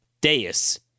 dais